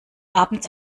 abends